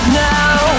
now